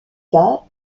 cas